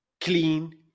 clean